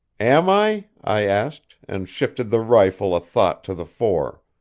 am i i asked, and shifted the rifle a thought to the fore.